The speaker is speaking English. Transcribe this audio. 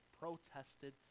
protested